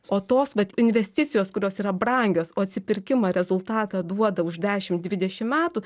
o tos vat investicijos kurios yra brangios o atsipirkimą rezultatą duoda už dešimt dvidešimt metų